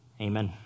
Amen